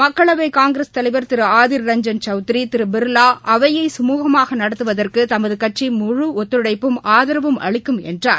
மக்களவை காங்கிரஸ் தலைவர் திரு ஆதிர் ரஞ்ஜன் சௌத்ரி திரு பிர்லா அவையை சுமூகமாக நடத்துவதற்கு தமது கட்சி முழு ஒத்துழைப்பும் ஆதவும் அளிக்கும் என்று கூறினார்